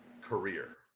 career